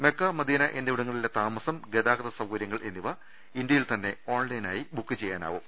Mecca Medina എന്നിവിടങ്ങളിലെ താമസം ഗതാഗത സൌകരൃങ്ങൾ എന്നിവ ഇന്തൃയിൽ തന്നെ ഓൺലൈ നായി ബുക്ക് ചെയ്യാനാവും